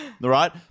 Right